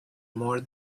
more